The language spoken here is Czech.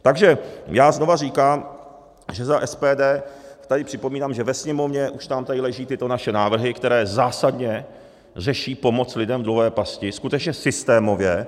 Takže já znova říkám, že za SPD tady připomínám, že ve Sněmovně už nám tady leží tyto naše návrhy, které zásadně řeší pomoc lidem v dluhové pasti, skutečně systémově.